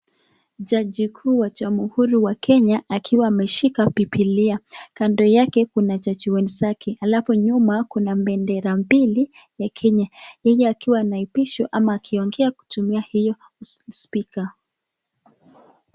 Jaji kuu wa Jamhuri wa Kenya akiwa ameshika biblia, kando yake kuna jaji wenzake alafu nyuma kuna bendera mbili ya Kenya. Yeye akiwa anaapishwa au akiongea akitumia hiyo spika.